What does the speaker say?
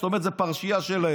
זאת אומרת שזאת פרשייה שלהם.